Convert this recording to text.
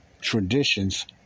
Traditions